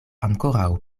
ankoraŭ